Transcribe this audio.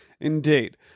Indeed